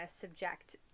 subject